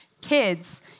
kids